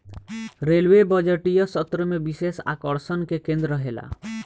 railway बजटीय सत्र में विशेष आकर्षण के केंद्र रहेला